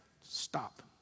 Stop